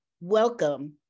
welcome